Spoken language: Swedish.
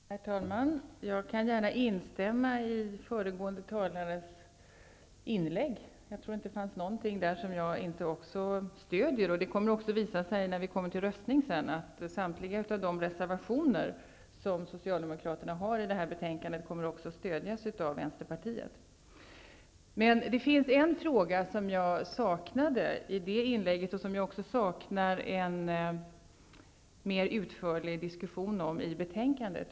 Herr talman! Jag kan gärna instämma i föregående talares inlägg; jag tror inte att det fanns någonting där som inte jag också stöder. Det kommer också att visa sig när vi skall rösta, att samtliga reservationer som Socialdemokraterna har vid det här betänkandet kommer att stödjas av Men det finns en fråga som jag saknade i det inlägget och som jag också saknar en mer utförlig diskussion om i betänkandet.